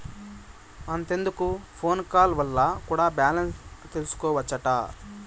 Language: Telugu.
అంతెందుకు ఫోన్ కాల్ వల్ల కూడా బాలెన్స్ తెల్సికోవచ్చట